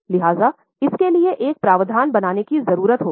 लिहाजा इसके लिए एक प्रावधान बनाने की जरूरत होगी